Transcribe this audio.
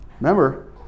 Remember